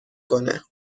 کنه